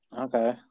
okay